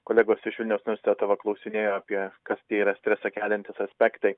kolegos iš vilniaus universiteto va klausinėjo apie kas tie yra stresą keliantys aspektai